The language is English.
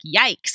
yikes